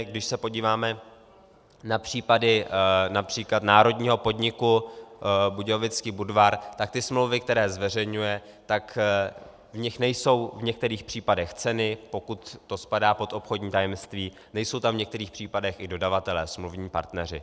Když se podíváme na případy například národního podniku Budějovický Budvar, tak ty smlouvy, které zveřejňuje, tak v nich nejsou v některých případech ceny, pokud to spadá pod obchodní tajemství, nejsou tam v některých případech i dodavatelé, smluvní partneři.